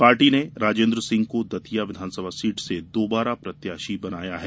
party ने राजेन्द्र सिंह को दतिया विधानसभा सीट से दोबारा प्रत्याशी बनाया है